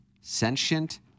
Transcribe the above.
Sentient